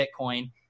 Bitcoin